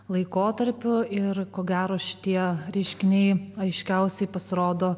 laikotarpiu ir ko gero šie reiškiniai aiškiausiai pasirodo